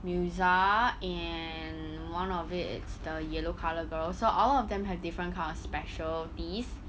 musa and one of it it's the yellow colour girl so all of them have different kinds of specialities